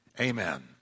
Amen